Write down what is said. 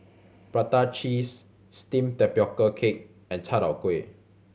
prata cheese steamed tapioca cake and chai tow kway